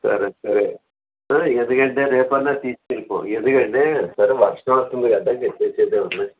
సరే సరే ఎందుకు అంటే రేపైనా తీసుకెళ్ళిపో ఎందుకు అంటే సరే వర్షం వస్తుంది కదా అని చెప్పి